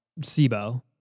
SIBO